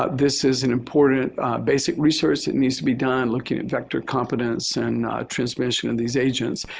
ah this is an important basic resource that needs to be done looking at vector competence and transmission in these agents.